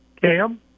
Cam